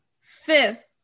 fifth